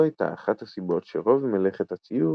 זו הייתה אחת הסיבות שרוב מלאכת הציור